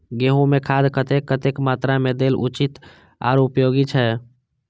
गेंहू में खाद कतेक कतेक मात्रा में देल उचित आर उपयोगी छै?